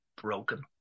broken